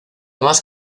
más